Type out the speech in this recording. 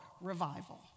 revival